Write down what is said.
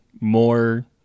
more